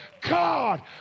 God